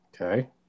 Okay